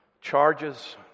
charges